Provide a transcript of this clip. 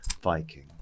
Viking